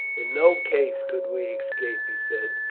in no case could we escape, he said,